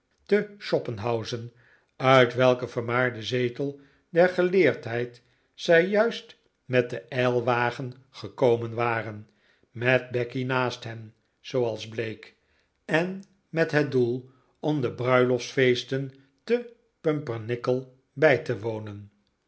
te schoppenhausen uit welken vermaarden zetel der geleerdheid zij juist met de eilwagen gekomen waren met becky naast hen zooals bleek en met het doel om de bruiloftsfeesten te pumpernickel bij te wonen